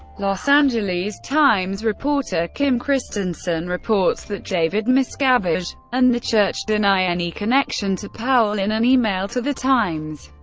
los angeles times reporter kim christensen reports that david miscavige and the church deny any connection to powell in an email to the times.